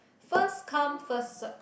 first come first serve